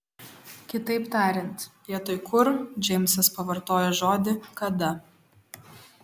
kitaip tariant vietoj kur džeimsas pavartojo žodį kada